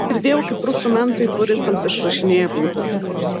girdėjau kaip rusų mentai fūristams išrašinėja baudas